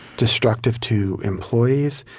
destructive to employees.